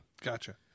Gotcha